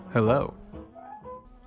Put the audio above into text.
Hello